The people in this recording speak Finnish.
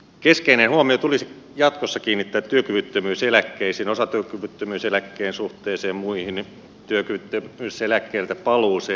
keskeinen huomio tulisi jatkossa kiinnittää työkyvyttömyyseläkkeisiin osatyökyvyttömyyseläkkeen suhteeseen muihin työkyvyttömyyseläkkeeltä paluuseen